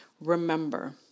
Remember